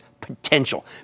potential